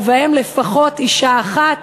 ובהם לפחות אישה אחת,